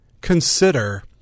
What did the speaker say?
Consider